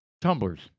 tumblers